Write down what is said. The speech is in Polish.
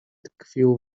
tkwił